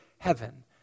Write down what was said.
heaven